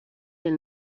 del